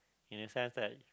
in the sense that